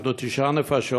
אנחנו תשע נפשות,